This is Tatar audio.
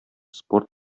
спорт